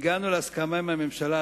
הגענו להסכמה עם הממשלה,